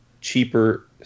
cheaper